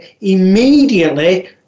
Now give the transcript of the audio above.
immediately